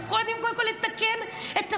אנחנו חייבים קודם כול לתקן את הפוגע,